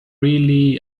really